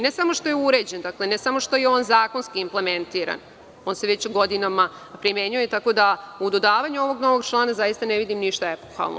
Ne samo što je uređen, ne samo što je on zakonski inplementiran, on se već godinama primenjuje, tako da u dodavanju ovog novog člana zaista ne vidim ništa epohalno.